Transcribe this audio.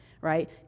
right